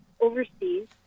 overseas